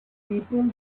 people